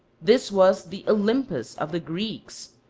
this was the olympus of the greeks,